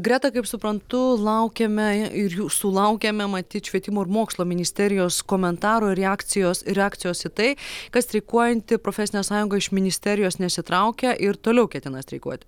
greta kaip suprantu laukiame ir jūsų laukiame matyt švietimo ir mokslo ministerijos komentaro reakcijos reakcijos į tai kad streikuojanti profesinė sąjunga iš ministerijos nesitraukia ir toliau ketina streikuoti